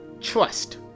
trust